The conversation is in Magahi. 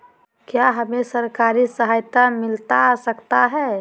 क्या हमे सरकारी सहायता मिलता सकता है?